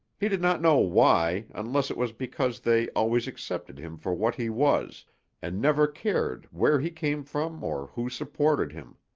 he did not know why, unless it was because they always accepted him for what he was and never cared where he came from or who supported him.